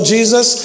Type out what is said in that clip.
Jesus